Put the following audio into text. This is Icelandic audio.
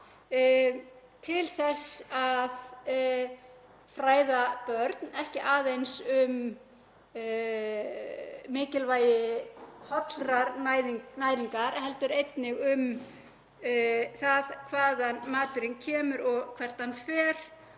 til þess að fræða börn, ekki aðeins um mikilvægi hollrar næringar heldur einnig um það hvaðan maturinn kemur, hvert hann fer